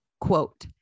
quote